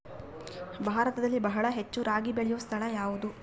ಭಾರತದಲ್ಲಿ ಬಹಳ ಹೆಚ್ಚು ರಾಗಿ ಬೆಳೆಯೋ ಸ್ಥಳ ಯಾವುದು?